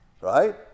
right